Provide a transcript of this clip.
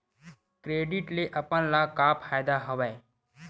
Credit ले हमन ला का फ़ायदा हवय?